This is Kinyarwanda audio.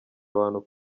abantu